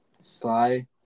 Sly